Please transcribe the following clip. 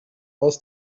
aus